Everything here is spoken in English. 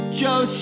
joe